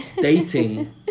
dating